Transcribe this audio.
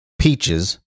peaches